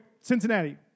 Cincinnati